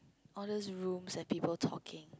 all those rooms and people talking